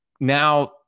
now